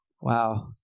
Wow